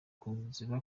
bahunze